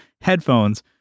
headphones